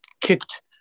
kicked